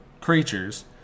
creatures